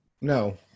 No